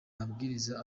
mabwiriza